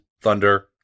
Thunder